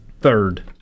Third